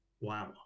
Wow